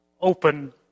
open